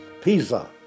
Pisa